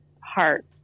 heart